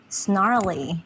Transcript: snarly